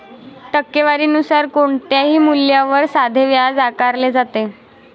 टक्केवारी नुसार कोणत्याही मूल्यावर साधे व्याज आकारले जाते